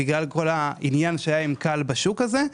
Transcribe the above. בגלל כל העניין שהיה עם כאל בשוק הזה.